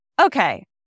okay